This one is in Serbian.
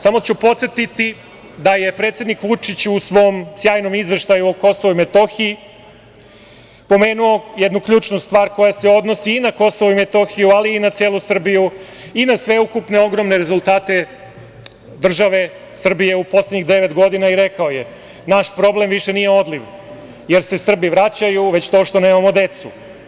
Samo ću podsetiti da je predsednik Vučić u svom sjajnom izveštaju o Kosovu i Metohiji pomenuo jednu ključnu stvar koja se odnosi i na KiM, ali i na celu Srbiju i na sveukupne ogromne rezultate države Srbije u poslednjih devet godina i rekao je: "Naš problem više nije odliv, jer se Srbi vraćaju, već to što nemamo decu.